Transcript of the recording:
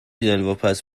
دلواپس